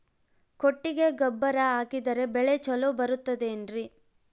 ಕೊಟ್ಟಿಗೆ ಗೊಬ್ಬರ ಹಾಕಿದರೆ ಬೆಳೆ ಚೊಲೊ ಬರುತ್ತದೆ ಏನ್ರಿ?